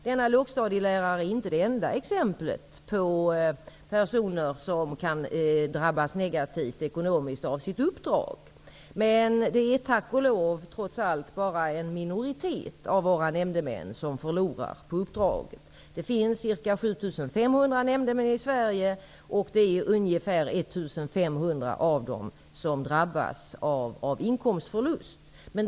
Denna lågstadielärare är inte det enda exemplet på personer som kan drabbas ekonomiskt av sitt uppdrag. Men det är tack och lov trots allt bara en minoritet av våra nämndemän som förlorar på uppdraget. Det finns ca 7 500 nämndemän i Sverige, och ungefär 1 500 av dem drabbas av inkomstförlust.